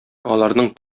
аларның